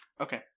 Okay